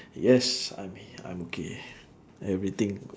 yes I'm I'm okay everything